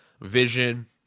vision